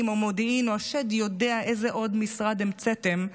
או מודיעין או השד יודע איזה עוד משרד המצאתם,